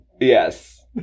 Yes